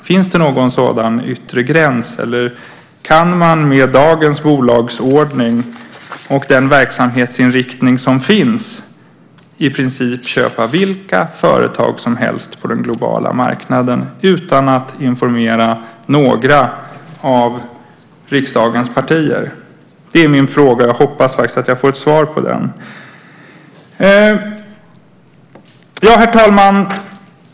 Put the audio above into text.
Finns det någon sådan yttre gräns, eller kan man med dagens bolagsordning och den verksamhetsinriktning som finns i princip köpa vilka företag som helst på den globala marknaden utan att informera några av riksdagens partier? Det är min fråga, och jag hoppas verkligen att jag får ett svar på den. Herr talman!